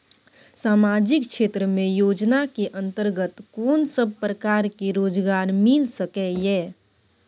सामाजिक क्षेत्र योजना के अंतर्गत कोन सब प्रकार के रोजगार मिल सके ये?